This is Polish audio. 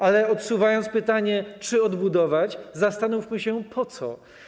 Ale odsuwając pytanie, czy odbudować, zastanówmy się, po co.